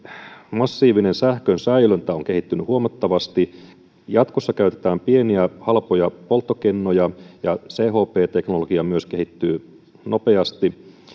massiivinen sähkön säilöntä on kehittynyt huomattavasti jatkossa käytetään pieniä halpoja polttokennoja ja chp teknologia myös kehittyy nopeasti